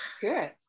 Good